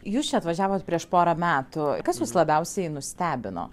jūs čia atvažiavot prieš porą metų kas jus labiausiai nustebino